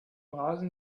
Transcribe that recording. rasen